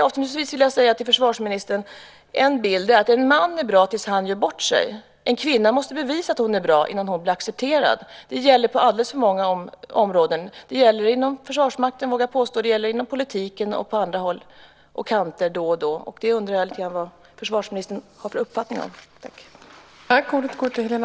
Avslutningsvis vill jag säga till försvarsministern att en bild är att en man är bra tills han gör bort sig. En kvinna måste bevisa att hon är bra innan hon blir accepterad. Det gäller på alldeles för många områden. Det gäller inom Försvarsmakten, vågar jag påstå. Det gäller också inom politiken och på andra håll och kanter då och då. Det undrar jag lite grann över vad försvarsministern har för uppfattning om.